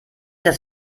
das